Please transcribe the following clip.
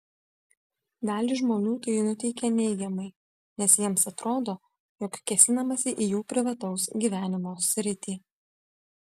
dalį žmonių tai nuteikia neigiamai nes jiems atrodo jog kėsinamasi į jų privataus gyvenimo sritį